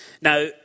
Now